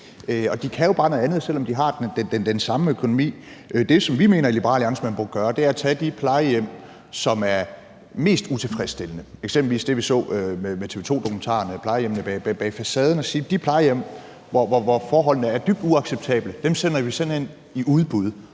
De kan jo bare noget andet, selv om de har den samme økonomi. Det, som vi i Liberal Alliance mener man burde gøre, er at tage de plejehjem, som er mest utilfredsstillende, eksempelvis det, vi så i TV 2-dokumentaren »Plejehjemmene bag facaden«, de plejehjem, hvor forholdene er dybt uacceptable, og sige, at dem sender vi simpelt hen i udbud,